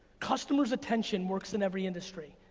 customers attention works in every industry,